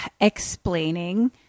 explaining